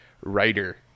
writer